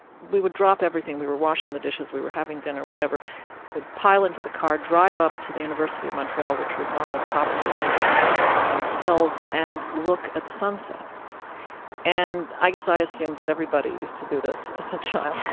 we would drop everything we were washing the dishes, we were having dinner, whatever we'd pile into the car, drive up to the university of montreal, which was on the top of one of the hills, and look at the sunset and i guess i assumed that everybody used to do this as a child.